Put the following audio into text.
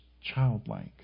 childlike